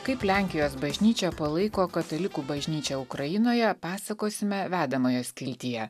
kaip lenkijos bažnyčia palaiko katalikų bažnyčią ukrainoje pasakosime vedamojo skiltyje